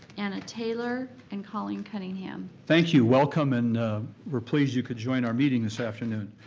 anna taylor, and colleen cunningham. thank you, welcome and we're pleased you could join our meeting this afternoon.